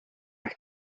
ehk